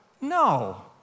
no